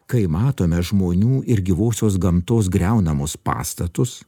kai matome žmonių ir gyvosios gamtos griaunamus pastatus